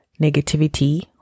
negativity